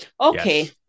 Okay